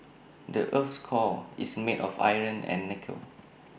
the Earth's core is made of iron and nickel